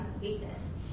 weakness